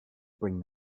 bring